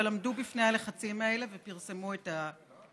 אבל עמדו בפני הלחצים האלה ופרסמו את הקלטת.